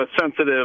sensitive